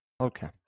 Okay